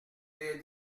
des